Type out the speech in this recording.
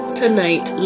tonight